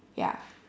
ya